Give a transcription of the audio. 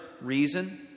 reason